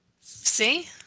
See